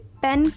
pen